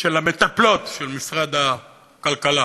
של המטפלות של משרד הכלכלה,